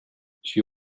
she